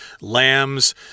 lambs